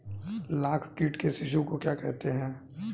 लाख कीट के शिशु को क्या कहते हैं?